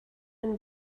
and